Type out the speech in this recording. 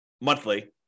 monthly